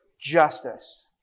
justice